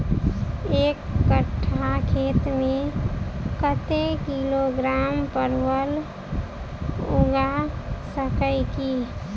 एक कट्ठा खेत मे कत्ते किलोग्राम परवल उगा सकय की??